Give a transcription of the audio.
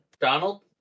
Donald